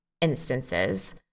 instances